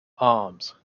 arms